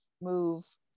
move